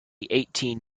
eighteen